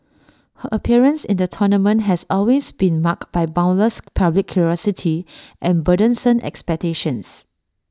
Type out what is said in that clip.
her appearance in the tournament has always been marked by boundless public curiosity and burdensome expectations